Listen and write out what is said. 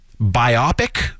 biopic